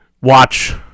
watch